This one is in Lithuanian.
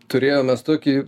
turėjom mes tokį